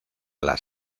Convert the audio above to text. las